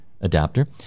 adapter